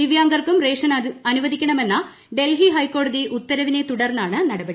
ദിവ്യാംഗർക്കും ration അനുവദിക്കണമെന്ന ഡൽഹി ഹൈക്കോടതി ഉത്തരവിനെ തുടർന്നാണ് നടപടി